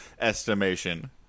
estimation